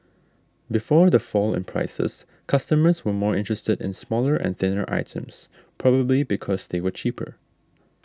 before the fall in prices customers were more interested in smaller and thinner items probably because they were cheaper